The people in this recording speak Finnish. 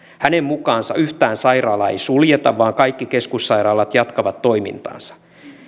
hänen mukaansa yhtään sairaalaa ei suljeta vaan kaikki keskussairaalat jatkavat toimintaansa